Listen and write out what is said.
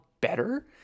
better